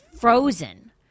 frozen